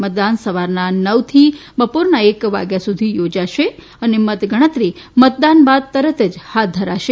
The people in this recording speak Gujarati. મતદાન સવારના નવ થી બપોરના એક વાગ્યા સુધી યોજાશે અને મતગણતરી મતદાન બાદ તરત હાથ ધરાશે